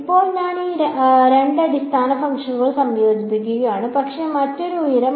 ഇപ്പോൾ ഞാൻ ഈ രണ്ട് അടിസ്ഥാന ഫംഗ്ഷനുകൾ സംയോജിപ്പിക്കുകയാണ് പക്ഷേ മറ്റൊരു ഉയരം